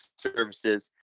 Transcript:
services